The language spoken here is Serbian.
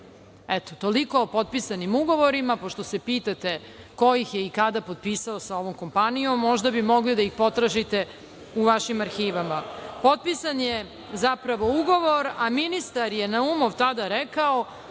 Ibru. Eto, toliko o potpisanim ugovorima pošto se pitate ko ih i kada potpisao sa ovom kompanijom možda bi mogli da ih potražite u vašim arhivama. Potpisan je zapravo ugovor, a ministar je Naumov tada rekao